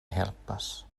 helpas